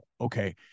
Okay